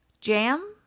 Jam